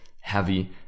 heavy